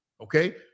okay